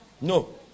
No